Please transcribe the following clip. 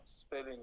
spelling